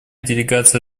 делегация